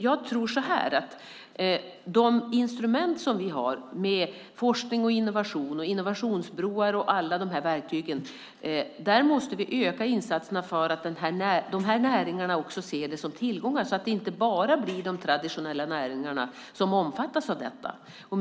Jag tror att vi med de instrument som vi har - forskning, innovation, innovationsbroar och alla de här verktygen - måste öka insatserna för att de här näringarna också ska se det som tillgångar, så att det inte bara blir de traditionella näringarna som omfattas av detta.